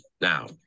now